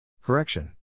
Correction